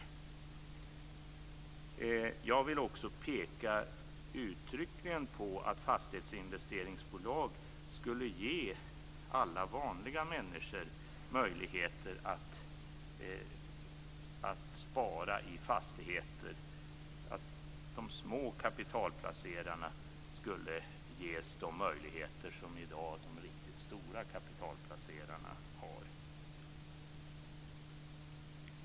Jag vill också uttryckligen peka på att fastighetsinvesteringsbolag skulle ge alla vanliga människor möjligheter att spara i fastigheter, att de små kapitalplacerarna skulle ges de möjligheter som de riktigt stora kapitalplacerarna har.